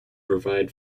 provide